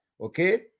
okay